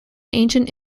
ancient